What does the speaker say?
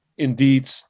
indeed